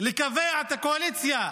לקבע את הקואליציה,